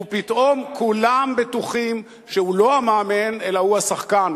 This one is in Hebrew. ופתאום כולם בטוחים שהוא לא המאמן אלא הוא השחקן.